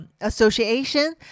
association